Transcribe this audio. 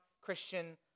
Christian